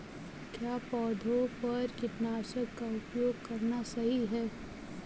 क्या पौधों पर कीटनाशक का उपयोग करना सही है?